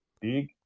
big